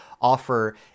offer